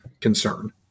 concern